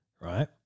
Right